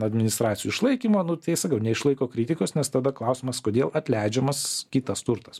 administracijų išlaikymo nu tai sakau neišlaiko kritikos nes tada klausimas kodėl atleidžiamas kitas turtas